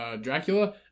Dracula